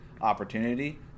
opportunity